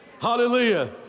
Hallelujah